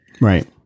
Right